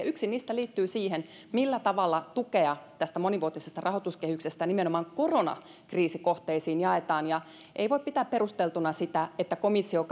yksi niistä liittyy siihen millä tavalla tukea tästä monivuotisesta rahoituskehyksestä nimenomaan koronakriisikohteisiin jaetaan ei voi pitää perusteltuna sitä että komissio